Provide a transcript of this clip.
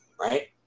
right